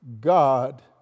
God